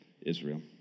Israel